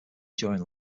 during